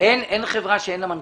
אין חברה שאין לה מנכ"ל.